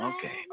Okay